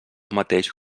mateix